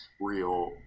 real